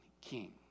King